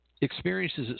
experiences